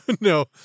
no